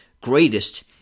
greatest